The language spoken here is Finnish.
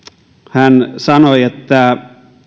hän sanoi että